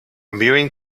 mewing